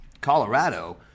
Colorado